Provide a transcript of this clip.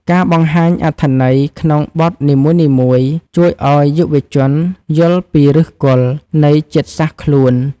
ការបង្ហាញអត្ថន័យក្នុងបទនីមួយៗ ជួយឱ្យយុវជនយល់ពីឫសគល់នៃជាតិសាសន៍ខ្លួន។